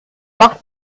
macht